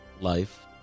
life